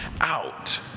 out